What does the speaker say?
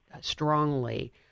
strongly